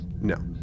no